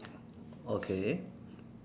okay